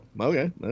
okay